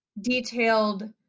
detailed